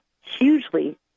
hugely